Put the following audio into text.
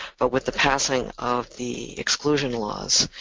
but with the passing of the exclusion laws,